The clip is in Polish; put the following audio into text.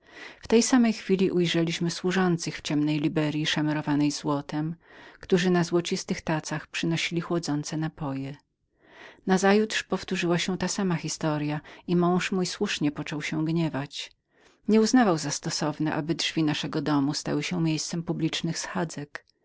w tej samej chwili wzrok nasz napełnił się widokiem służących w ciemnej liberyi szamerowanej złotem którzy na złocistych tacach przynosili chłodniki nazajutrz powtórzyła się ta sama historya i mąż mój słusznie począł się gniewać nie uznawał za stosowne aby drzwi naszego domu stały się miejscem publicznych schadzek